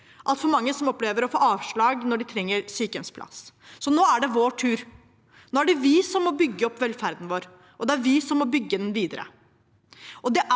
altfor mange som opplever å få avslag når de trenger sykehjemsplass. Nå er det vår tur. Nå er det vi som må bygge opp velferden vår, og det er vi som må bygge den videre.